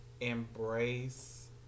embrace